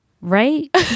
right